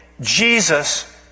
Jesus